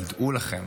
אבל דעו לכם